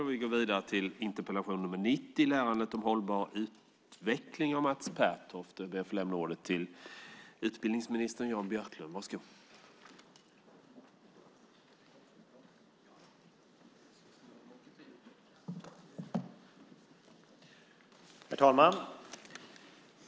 Herr talman!